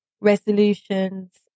resolutions